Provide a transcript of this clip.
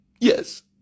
Yes